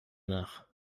nach